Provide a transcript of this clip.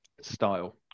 Style